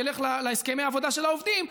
ילך להסכמי העבודה של העובדים,